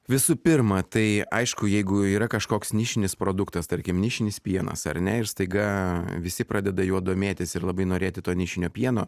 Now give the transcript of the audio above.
visų pirma tai aišku jeigu yra kažkoks nišinis produktas tarkim nišinis pienas ar ne ir staiga visi pradeda juo domėtis ir labai norėti to nišinio pieno